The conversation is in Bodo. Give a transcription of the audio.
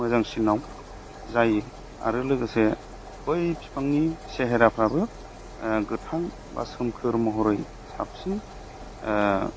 मोजांसिनाव जायो आरो लोगोसे बै बिफांनि सेहेराफ्राबो गोथां बा सोमखोर महरै साबसिन